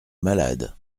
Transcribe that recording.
malade